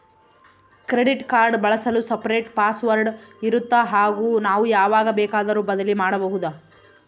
Credit card ಬಳಸಲು separate password ಇರುತ್ತಾ ಹಾಗೂ ನಾವು ಯಾವಾಗ ಬೇಕಾದರೂ ಬದಲಿ ಮಾಡಬಹುದಾ?